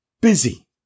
busy